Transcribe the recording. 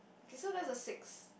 so that's the sixth